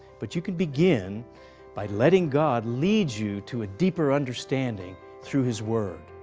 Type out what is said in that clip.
but you can begin by letting god lead you to a deeper understanding through his word.